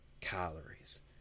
calories